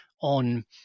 on